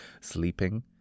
sleeping